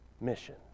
mission